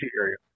area